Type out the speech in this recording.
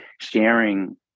sharing